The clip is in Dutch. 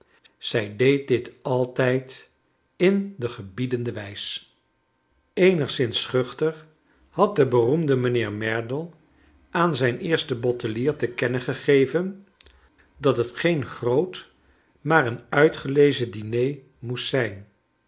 zij deed dit altijd in de gebiedende wijs eenigszins schuchter had de beroemde mijnheer merdle aan zijn eersten bottelier te kennen gegeven dat het geen groot maar een uitgelezen diner moest zijn